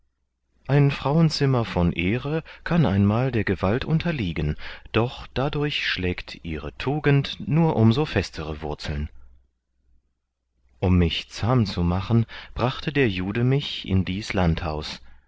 ein frauenzimmer von ehre kann einmal der gewalt unterliegen doch dadurch schlägt ihre tugend nur um so festere wurzeln um mich zahm zu machen brachte der jude mich in dies landhaus